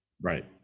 right